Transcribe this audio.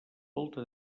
volta